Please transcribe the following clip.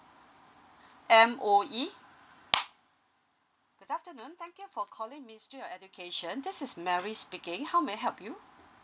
M_O_E good afternoon thank you for calling ministry of education this is Mary speaking how may I help you